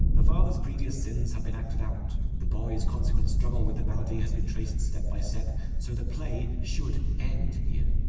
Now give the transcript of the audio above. the father's previous sins have been acted out. the boy's consequent struggle with the malady has been traced step by step, so the play should end here.